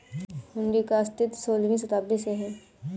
हुंडी का अस्तित्व सोलहवीं शताब्दी से है